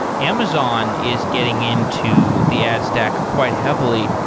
amazon is getting into the ad stack quite heavily.